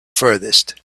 furthest